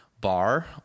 bar